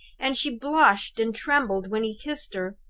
and she blushed and trembled when he kissed her.